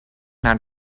naar